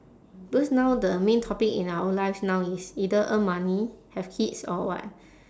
because now the main topic in our life now is either earn money have kids or what